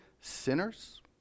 sinners